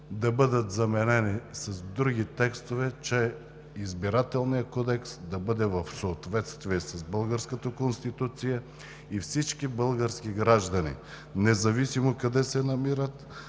да бъдат заменени с други текстове – че Избирателният кодекс да бъде в съответствие с българската Конституция и всички български граждани, независимо къде се намират,